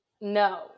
No